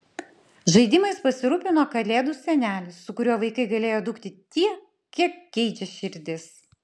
žaidimais pasirūpino kalėdų senelis su kuriuo vaikai galėjo dūkti tiek kiek geidžia širdis